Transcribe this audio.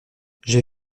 j’ai